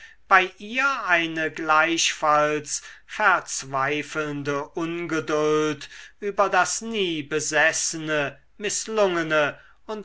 bei ihr eine gleichfalls verzweifelnde ungeduld über das niebesessene mißlungene